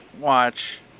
watch